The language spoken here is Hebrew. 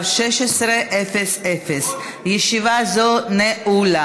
עברה בקריאה ראשונה וחוזרת לוועדה המשותפת לוועדת